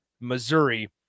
Missouri